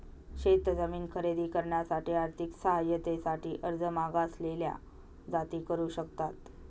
शेत जमीन खरेदी करण्यासाठी आर्थिक सहाय्यते साठी अर्ज मागासलेल्या जाती करू शकतात